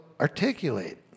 articulate